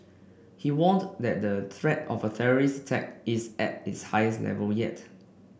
he warned that the threat of a terrorist tack is at its highest level yet